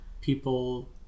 people